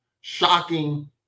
shocking